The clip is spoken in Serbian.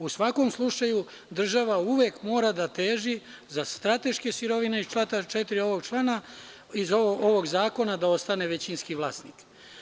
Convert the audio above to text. U svakom slučaju, država uvek mora da teži da strateške sirovine iz stava 4. ovog člana, iz ovog zakona da ostane većinski vlasnik.